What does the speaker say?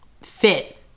fit